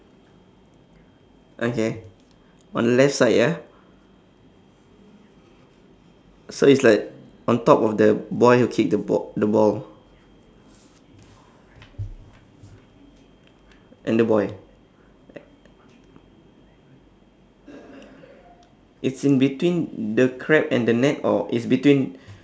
okay on the left side ya so it's like on top of the boy who kick the ba~ the ball and the boy it's in between the crab and the net or it's between